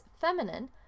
feminine